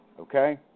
okay